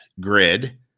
grid